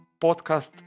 podcast